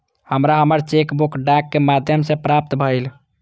हमरा हमर cheque book डाक के माध्यम से प्राप्त भईल